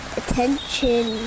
attention